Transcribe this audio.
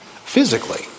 physically